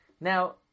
Now